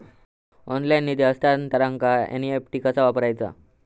Online निधी हस्तांतरणाक NEFT कसा वापरायचा?